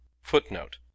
Footnote